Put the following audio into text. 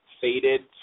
faded